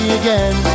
again